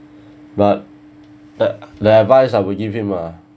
but the the advice I would give him uh